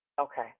Okay